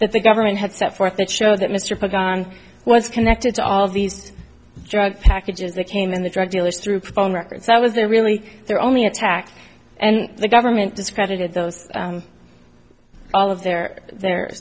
that the government had set forth that show that mr gun was connected to all of these drug packages they came in the drug dealers through phone records that was the really their only attack and the government discredited those all of their the